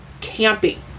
camping